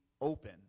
open